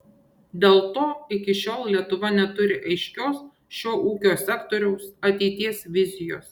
dėl to iki šiol lietuva neturi aiškios šio ūkio sektoriaus ateities vizijos